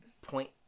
point